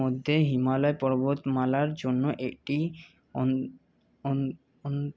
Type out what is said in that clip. মধ্যে হিমালয় পর্বতমালার জন্য এটি